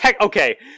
okay